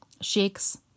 shakes